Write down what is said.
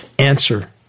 Answer